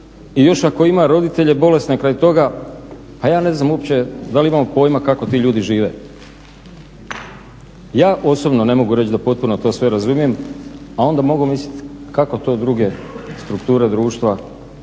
i još ako ima roditelje bolesne kraj toga pa ja ne znam uopće da li imamo pojma kako ti ljudi žive. Ja osobno ne mogu reći da potpuno to sve razumijem, a onda mogu misliti kako to druge strukture društva